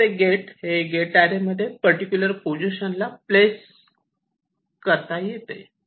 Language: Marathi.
प्रत्येक गेट हे गेटएरे मध्ये पर्टिक्युलर पोझिशनला प्लेस करता येते